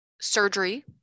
surgery